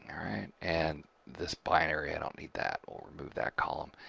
alright, and this binary, i don't need that we'll remove that column,